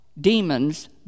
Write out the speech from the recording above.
demons